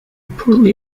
poorly